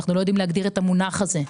אנחנו לא יודעים להגדיר את המונח הזה.